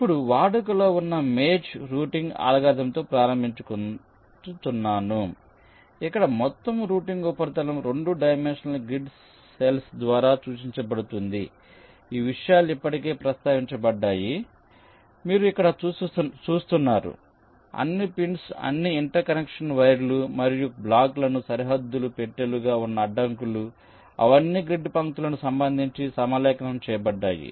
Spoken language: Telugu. ఇప్పుడు వాడుకలో ఉన్న మేజ్ రూటింగ్ అల్గోరిథంతో ప్రారంభించు చున్నాము ఇక్కడ మొత్తం రూటింగ్ ఉపరితలం 2 డైమెన్షనల్ గ్రిడ్ సెల్స్ ద్వారా సూచించబడుతుంది ఈ విషయాలు ఇప్పటికే ప్రస్తావించబడ్డాయి మీరు ఇక్కడ చూస్తున్నారు అన్ని పిన్స్ అన్ని ఇంటర్ కనెక్షన్ వైర్లు మరియు బ్లాక్లకు సరిహద్దు పెట్టెలుగా ఉన్న అడ్డంకులు అవన్నీ గ్రిడ్ పంక్తులకు సంబంధించి సమలేఖనం చేయబడ్డాయి